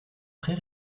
très